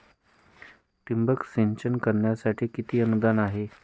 ठिबक सिंचन करण्यासाठी किती अनुदान आहे?